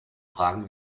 fragen